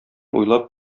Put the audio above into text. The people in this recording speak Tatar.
уйлап